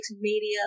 media